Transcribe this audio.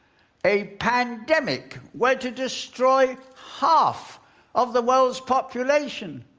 a pandemic were to destroy half of the world's population,